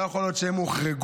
לא יכול להיות שהם הוחרגו.